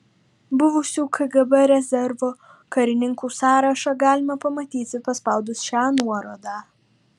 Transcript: buvusių kgb rezervo karininkų sąrašą galima pamatyti paspaudus šią nuorodą